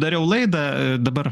dariau laidą dabar